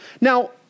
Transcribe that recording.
Now